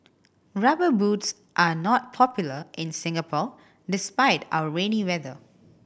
Rubber Boots are not popular in Singapore despite our rainy weather